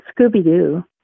Scooby-Doo